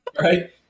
Right